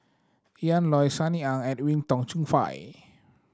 Ian Loy Sunny Ang and Edwin Tong Chun Fai